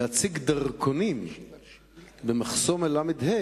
להציג דרכונים במחסום הל"ה,